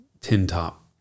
tin-top